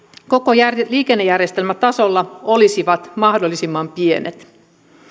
koko liikennejärjestelmätasolla olisivat mahdollisimman pienet